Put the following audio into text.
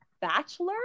Bachelor